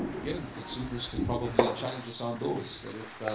again, the consumers can probably challenge us on those, that if